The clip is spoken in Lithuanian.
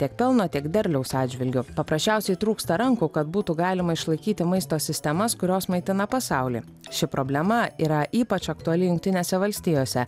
tiek pelno tiek derliaus atžvilgiu paprasčiausiai trūksta rankų kad būtų galima išlaikyti maisto sistemas kurios maitina pasaulį ši problema yra ypač aktuali jungtinėse valstijose